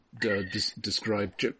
describe